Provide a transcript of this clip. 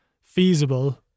feasible